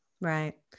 Right